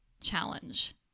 challenge